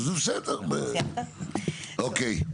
אוקיי.